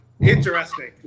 Interesting